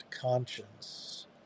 conscience